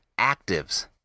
actives